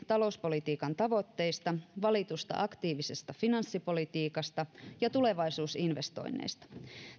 talouspolitiikan tavoitteista valitusta aktiivisesta finanssipolitiikasta ja tulevaisuusinvestoinneista